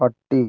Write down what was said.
പട്ടി